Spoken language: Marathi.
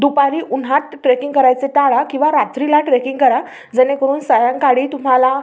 दुपारी उन्हात ट्रेकिंग करायचे टाळा किंवा रात्रीला ट्रेकिंग करा जेणेकरून सायंकाळी तुम्हाला